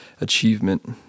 achievement